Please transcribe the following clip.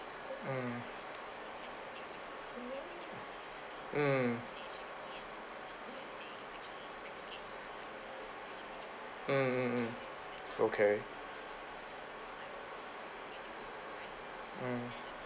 mm mm mm mm mm okay mm